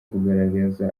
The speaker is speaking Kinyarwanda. kugaragaza